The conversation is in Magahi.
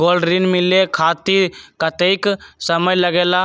गोल्ड ऋण मिले खातीर कतेइक समय लगेला?